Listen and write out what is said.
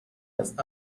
است